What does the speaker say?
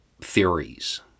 theories